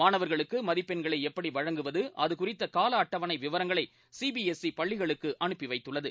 மாணவர்களுக்கு மதிப்பெண்களை எப்படி வழங்குவது அதுகுறித்த கால அட்டவணை விவரங்களை சி பி எஸ் சி பள்ளிகளுக்கு அனுப்பி வைத்துள்ளது